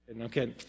Okay